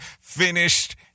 finished